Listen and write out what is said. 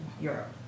Europe